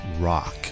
Rock